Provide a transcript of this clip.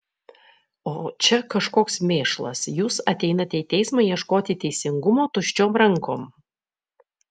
o čia kažkoks mėšlas jūs ateinate į teismą ieškoti teisingumo tuščiom rankom